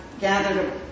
gathered